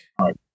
right